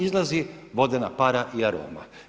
Izlazi vodena para i aroma.